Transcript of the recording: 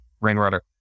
rainwater